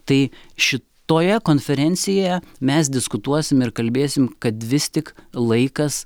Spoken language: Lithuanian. tai šitoje konferencijoje mes diskutuosim ir kalbėsim kad vis tik laikas